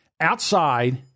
outside